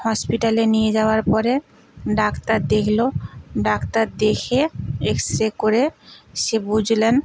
হসপিটালে নিয়ে যাওয়ার পরে ডাক্তার দেখলো ডাক্তার দেখে এক্স রে করে সে বুঝলেন